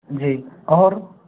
जी और